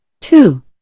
Two